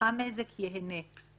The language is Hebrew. כדי שהוא יוכל לעשות את העבירה?